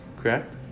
Correct